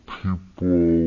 people